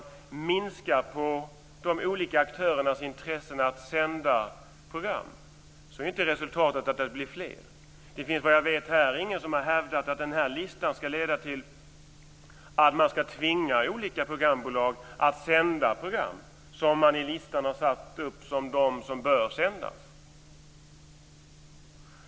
Om man minskar de olika aktörernas intressen att sända program är ju inte resultatet att det blir fler program. Jag vet ingen här som har hävdat att denna lista skall leda till att olika programbolag skall tvingas att sända program som finns uppsatta på listan som de program som bör sändas.